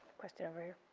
question over here.